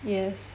yes